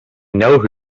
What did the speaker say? know